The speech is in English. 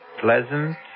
pleasant